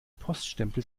poststempel